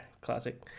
classic